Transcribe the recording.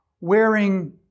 wearing